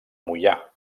moià